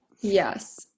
Yes